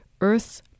Earth's